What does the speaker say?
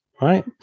Right